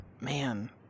man